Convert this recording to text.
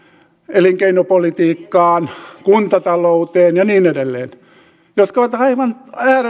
elinkeinopolitiikkaan kuntatalouteen ja niin edelleen jotka ovat aivan